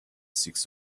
six